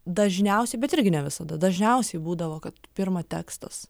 dažniausiai bet irgi ne visada dažniausiai būdavo kad pirma tekstas